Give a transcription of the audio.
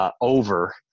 over